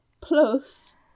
plus